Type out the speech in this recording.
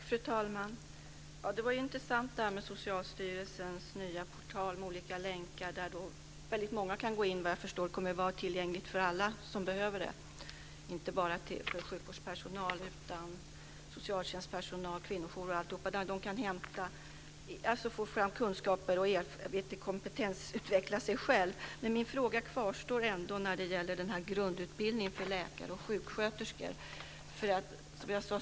Fru talman! Det var intressant att höra om Socialstyrelsens nya portal med olika länkar. Vad jag förstår kommer den att vara tillgänglig för alla som behöver den, inte bara för sjukvårdspersonal utan socialtjänstpersonal, kvinnojourer osv. De kan alltså få fram kunskaper och erfarenheter och kompetensutveckla sig själva. Men min fråga om grundutbildning för läkare och sjuksköterskor kvarstår ändå.